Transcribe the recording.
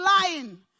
lying